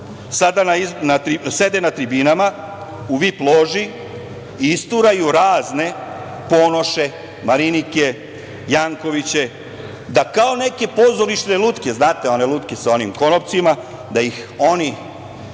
Sede na tribinama u VIP loži i isturaju razne Ponoše, Marinike, Jankoviće kao neke pozorišne lutke, znate one lutke za onim konopcima, gde ih oni